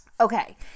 okay